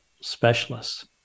specialists